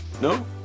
no